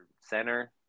center